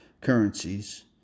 currencies